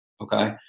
Okay